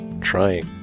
trying